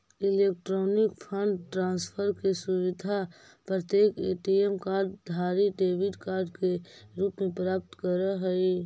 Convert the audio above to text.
electronic fund transfer के सुविधा प्रत्येक ए.टी.एम कार्ड धारी डेबिट कार्ड के रूप में प्राप्त करऽ हइ